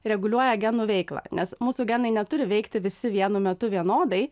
reguliuoja genų veiklą nes mūsų genai neturi veikti visi vienu metu vienodai